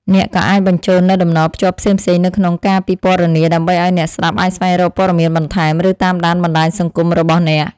អ្នកក៏អាចបញ្ចូលនូវតំណភ្ជាប់ផ្សេងៗនៅក្នុងការពិពណ៌នាដើម្បីឱ្យអ្នកស្តាប់អាចស្វែងរកព័ត៌មានបន្ថែម ឬតាមដានបណ្តាញសង្គមរបស់អ្នក។